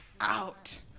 out